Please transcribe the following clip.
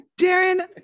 darren